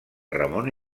ramon